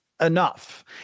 enough